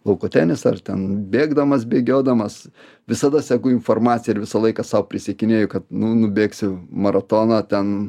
lauko tenisą ar ten bėgdamas bėgiodamas visada seku informaciją ir visą laiką sau prisiekinėju kad nu nubėgsiu maratoną ten